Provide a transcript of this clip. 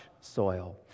soil